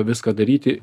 viską daryti